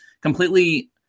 completely